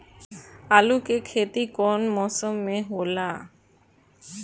आलू के खेती कउन मौसम में होला?